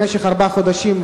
במשך ארבעה חודשים,